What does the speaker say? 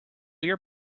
your